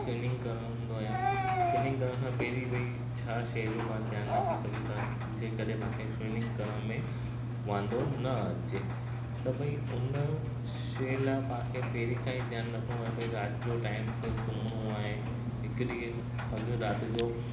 swimming कंदो आहियां swimming करण खां पहिरीं भई छा शइ जो पाण ध्यानु रखी सघूं था जेकॾहिं तव्हांखे स्विमिंग करण में वांदो न अचे त भई उन शइ लाइ पाण खे पहिरीं खां ई ध्यानु रखिणो आहे भई राति जो टाइम सो सुम्हणो आहे हिक ॾींहं अघु राति जो